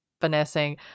finessing